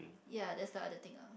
ya that's the other thing uh